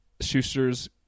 Schuster's